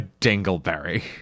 dingleberry